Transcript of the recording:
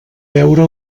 veure